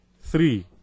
Three